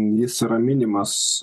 jis yra minimas